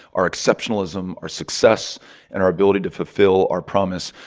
our exceptionalism, our success and our ability to fulfill our promise.